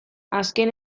azken